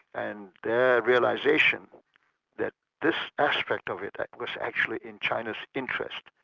and their realisation that this aspect of it was actually in china's interest,